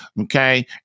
Okay